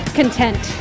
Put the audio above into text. content